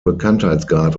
bekanntheitsgrad